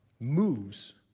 moves